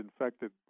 infected